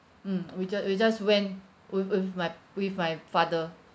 mm we just we just went with with my with my father